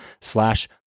slash